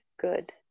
Good